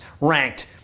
ranked